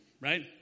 right